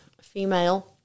female